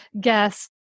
guest